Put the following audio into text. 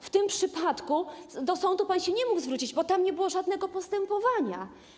W tym przypadku do sądu pan się nie mógł zwrócić, bo tam nie było żadnego postępowania.